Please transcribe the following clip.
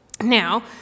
Now